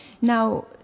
Now